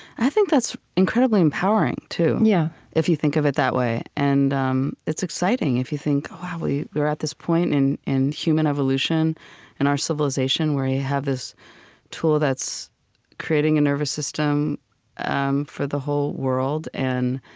i think that's incredibly empowering, too, yeah if you think of it that way. and um it's exciting, if you think, wow, we're at this point in in human evolution and our civilization where you have this tool that's creating a nervous system um for the whole world, and